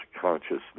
consciousness